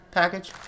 package